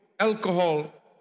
Alcohol